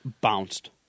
Bounced